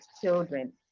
children